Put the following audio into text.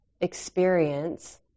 experience